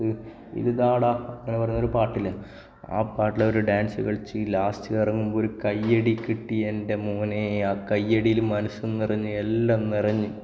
കൂത്ത് ഇത് താടാ ഇങ്ങനെ പറഞ്ഞൊരു പാട്ടില്ലേ ആ പാട്ടിലൊരു ഡാൻസ് കളിച്ച് ലാസ്റ്റ് ഇറങ്ങുമ്പോൾ കയ്യടി കിട്ടി എൻ്റെ മോനെ ആ കയ്യടിയിൽ മനസ്സും നിറഞ്ഞു എല്ലാം നിറഞ്ഞു